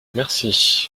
merci